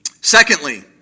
Secondly